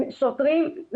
שוטרים,